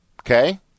Okay